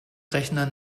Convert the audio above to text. rechner